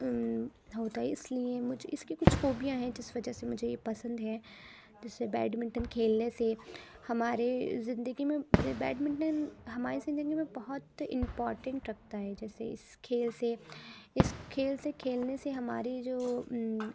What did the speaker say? ہوتا ہے اس لیے مجھے اس کی کچھ خوبیاں ہیں جس وجہ سے مجھے یہ پسند ہے جیسے بیڈمنٹن کھیلنے سے ہمارے زندگی میں بیڈمنٹن ہمارے زندگی میں بہت امپارٹینٹ رکھتا ہے جیسے اس کھیل سے اس کھیل سے کھیلنے سے ہماری جو